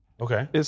Okay